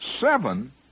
seven